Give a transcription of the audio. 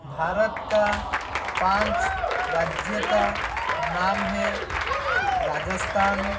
भारत के पाँच राज्य का नाम हैं राजस्थान